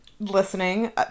Listening